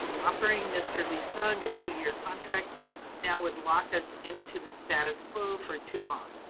offering mr. lee-sung a two year contract now will lock us into the status quo for too long.